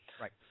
Right